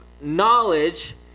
knowledge